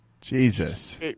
Jesus